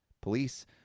Police